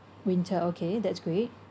winter okay that's great